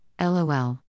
lol